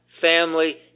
family